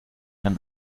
ein